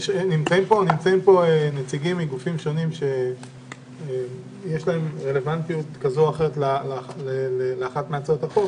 נמצאים פה נציגים מגופים שונים שיש להם רלוונטיות להצעות החוק,